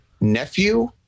nephew